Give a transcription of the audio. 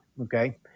okay